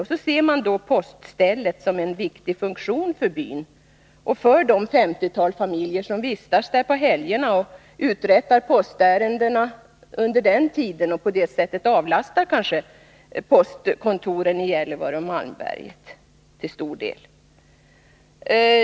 Man ser ett postställe som en viktig funktion för byn och för det 50-tal familjer som vistas där på helgerna och uträttar postärenden under den tiden och på det sättet kanske avlastar postkontoren i Gällivare och Malmberget till stor del.